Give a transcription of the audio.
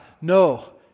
No